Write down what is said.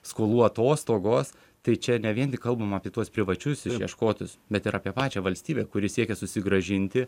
skolų atostogos tai čia ne vien tik kalbam apie tuos privačius išieškotojus bet ir apie pačią valstybę kuri siekia susigrąžinti